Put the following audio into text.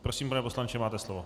Prosím, pane poslanče, máte slovo.